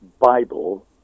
Bible